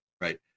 right